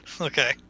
Okay